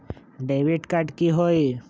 Debit card की होई?